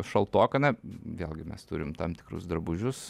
šaltoka na vėlgi mes turim tam tikrus drabužius